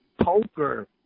poker